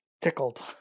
tickled